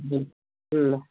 ल